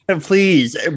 please